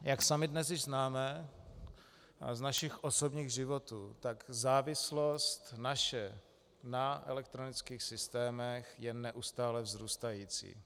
Jak sami dnes již známe z našich osobních životů, závislost naše na elektronických systémech je neustále vzrůstající.